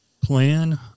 plan